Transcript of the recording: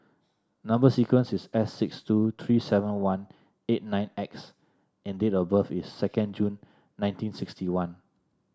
number sequence is S six two three seven one eight nine X and date of birth is sedond June nineteen sixty one